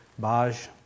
Baj